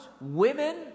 Women